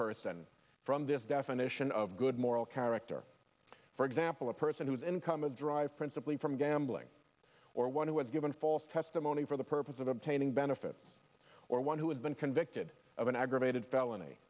person from this definition of good moral character for example a person whose income a drive principally from gambling or one who has given false testimony for the purpose of obtaining benefits or one who has been convicted of an aggravated felony